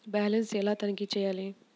Balance ఎలా తనిఖీ చేయాలి?